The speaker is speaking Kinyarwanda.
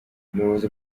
umuyobozi